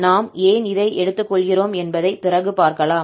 நாம் ஏன் இதை எடுத்துக்கொள்கிறோம் என்பதை பிறகு பார்க்கலாம்